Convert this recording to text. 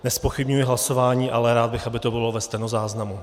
Nezpochybňuji hlasování, ale rád bych, aby to bylo ve stenozáznamu.